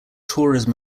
tourism